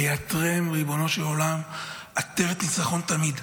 ויעטרם, ריבונו של עולם, בעטרת ניצחון תמיד.